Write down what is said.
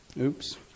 oops